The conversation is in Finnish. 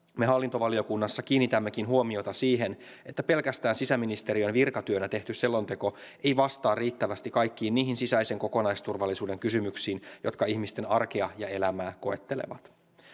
me hallintovaliokunnassa kiinnitämmekin huomiota siihen että pelkästään sisäministeriön virkatyönä tehty selonteko ei vastaa riittävästi kaikkiin niihin sisäisen kokonaisturvallisuuden kysymyksiin jotka ihmisten arkea ja elämää koettelevat